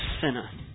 sinner